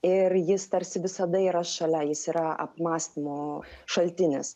ir jis tarsi visada yra šalia jis yra apmąstymų šaltinis